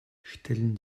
stellen